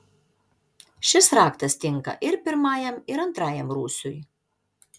šis raktas tinka ir pirmajam ir antrajam rūsiui